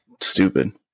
stupid